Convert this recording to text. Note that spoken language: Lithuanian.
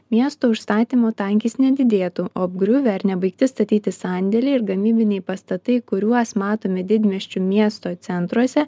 miesto užstatymo tankis nedidėtų o apgriuvę ar nebaigti statyti sandėliai ir gamybiniai pastatai kuriuos matome didmiesčių miesto centruose